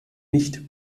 nicht